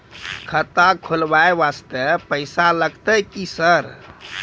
खाता खोलबाय वास्ते पैसो लगते की सर?